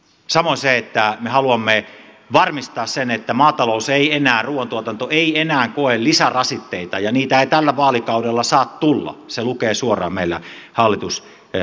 samoin se että me haluamme varmistaa sen että maatalous ruoantuotanto ei enää koe lisärasitteita ja niitä ei tällä vaalikaudella saa tulla lukee suoraan meillä hallitusohjelmassamme